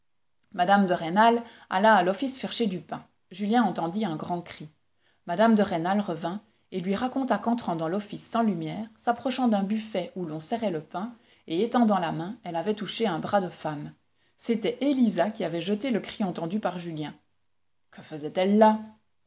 mme de rênal alla à l'office chercher du pain julien entendit un grand cri mme de rênal revint et lui raconta qu'entrant dans l'office sans lumière s'approchant d'un buffet où l'on serrait le pain et étendant la main elle avait touché un bras de femme c'était élisa qui avait jeté le cri entendu par julien que faisait-elle là